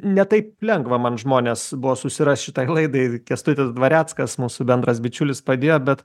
ne taip lengva man žmones buvo susirast šitai laidai ir kęstutis dvareckas mūsų bendras bičiulis padėjo bet